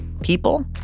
people